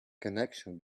connection